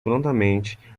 prontamente